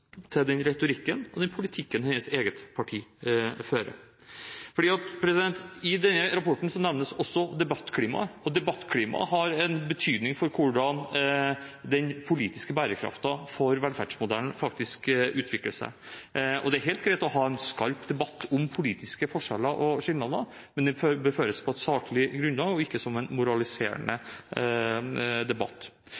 til den retorikken og den politikken hennes eget parti fører. I denne rapporten nevnes også debattklimaet, og debattklimaet har en betydning for hvordan den politiske bærekraften for velferdsmodellen faktisk utvikler seg. Det er helt greit å ha en skarp debatt om politiske forskjeller og skilnader, men den bør føres på et saklig grunnlag og ikke som en moraliserende